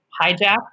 hijacked